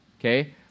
okay